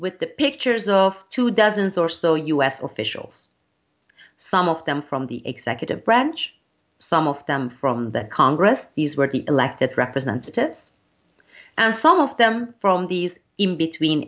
with the pictures of two dozens or so u s officials some of them from the executive branch some of them from that congress these were the elected representatives and some of them from these in between